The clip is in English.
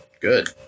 Good